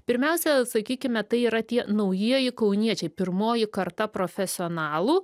pirmiausia sakykime tai yra tie naujieji kauniečiai pirmoji karta profesionalų